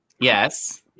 Yes